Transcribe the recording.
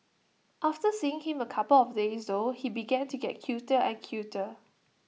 after seeing him A couple of days though he began to get cuter and cuter